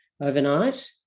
overnight